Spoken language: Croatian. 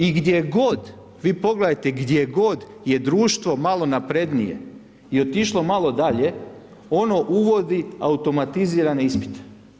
I gdje god, vi pogledajte, gdje god je društvo malo naprednije je otišlo malo dalje, ono uvodi automatizirane ispite.